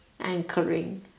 anchoring